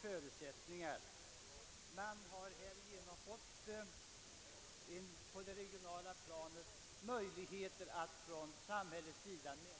Härigenom har samhället på det regionala planet fått möjligheter att medverka till en aktiv näringspolitik.